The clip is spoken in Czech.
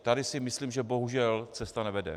Tady si myslím, že bohužel cesta nevede.